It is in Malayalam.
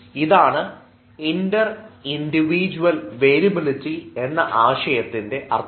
ഇതാണ് ഇൻറർ ഇൻഡിവിജ്വൽ വേരിബിലിറ്റി എന്ന ആശയത്തിനൻറെ അർത്ഥം